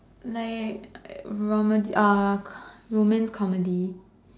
like romedy uh romance comedy